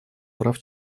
прав